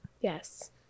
Yes